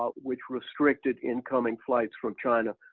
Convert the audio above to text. ah which restricted incoming flights from china,